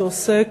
שעוסק